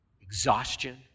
exhaustion